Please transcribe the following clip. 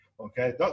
Okay